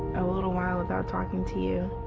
a little while without talking to you.